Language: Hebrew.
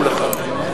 הם יסבירו לך.